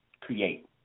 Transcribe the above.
create